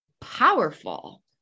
powerful